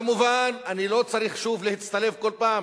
כמובן אני לא צריך שוב להצטלב כל פעם,